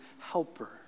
helper